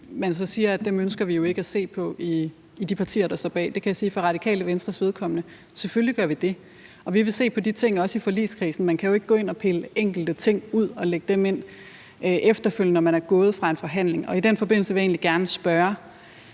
de partier, der står bag, jo ikke ønsker at se på dem. Og der kan jeg sige for Radikale Venstres vedkommende, at selvfølgelig gør vi det. Vi vil også se på de ting i forligskredsen. Man kan jo ikke gå ind og pille enkelte ting ud og lægge dem ind efterfølgende, når man er gået fra en forhandling. I den forbindelse vil jeg egentlig gerne stille